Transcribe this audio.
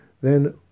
Then